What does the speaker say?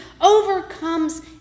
overcomes